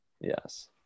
Yes